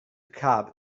cab